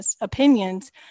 opinions